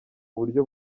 buryo